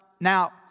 now